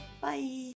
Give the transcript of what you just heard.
Bye